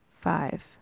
five